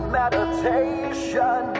meditation